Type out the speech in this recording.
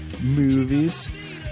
movies